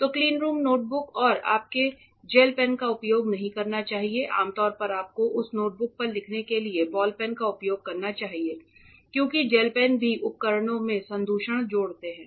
तो cleanroom notebook और आपको जेल पेन का उपयोग नहीं करना चाहिए आमतौर पर आपको उस नोटबुक पर लिखने के लिए बॉल पेन का उपयोग करना चाहिए क्योंकि जेल पेन भी उपकरणों में संदूषण जोड़ते हैं